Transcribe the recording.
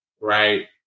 right